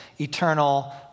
eternal